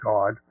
God